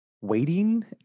waiting